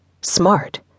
smart